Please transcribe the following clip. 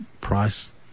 price